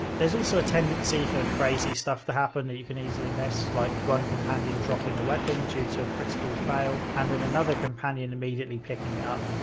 there's also a tendency for crazy stuff to happen that you can easily miss, like one companion dropping a weapon due to a critical fail and then another companion immediately picking it up.